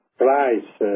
price